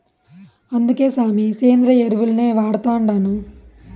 అందుకే సామీ, సేంద్రియ ఎరువుల్నే వాడతండాను